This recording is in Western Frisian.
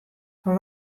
fan